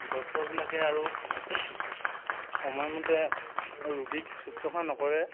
ডক্তৰবিলাকে আৰু সময়মতে ৰোগীক শুশ্ৰূষা নকৰে